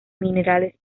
minerales